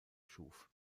schuf